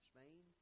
Spain